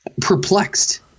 perplexed